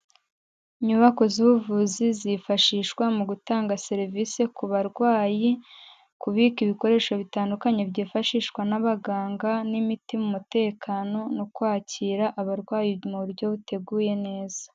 Inyubako z'ubuvuzi zifashishwa mu gutanga serivisi ku barwayi, kubika ibikoresho bitandukanye byifashishwa n'abaganga n'imiti mu mutekano no kwakira abarwayi mu buryo buteguye neza.